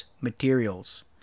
Materials